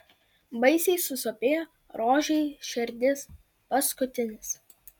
baisiai susopėjo rožei širdis paskutinis